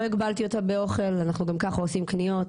לא הגבלתי אותה באוכל, אנחנו גם ככה עושים קניות.